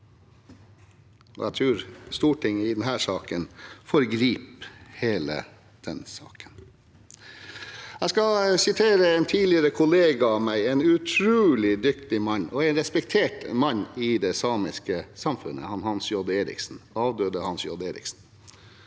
Jeg tror Stortinget i denne saken foregriper hele den saken. Jeg vil vise til en tidligere kollega av meg, en utrolig dyktig mann og en respektert mann i det samiske samfunnet, avdøde Hans J. Eriksen.